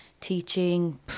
teaching